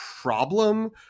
problem